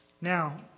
Now